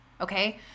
Okay